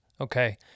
okay